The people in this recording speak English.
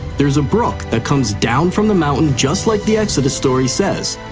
there's a brook that comes down from the mountain just like the exodus story says.